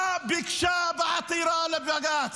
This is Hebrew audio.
מה ביקשה בעתירה לבג"ץ?